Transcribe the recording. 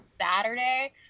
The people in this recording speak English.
saturday